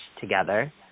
together